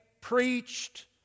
preached